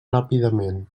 ràpidament